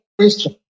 question